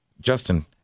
Justin